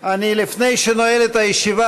לפני שאני נועל את הישיבה,